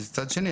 מצד שני,